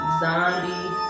zombie